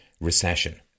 recession